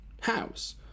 house